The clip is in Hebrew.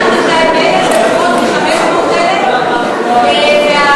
מעל 200,000 ופחות מ-500,000 תושבים,